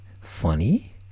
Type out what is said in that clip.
Funny